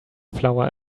flower